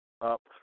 up